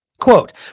quote